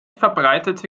verbreitete